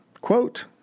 quote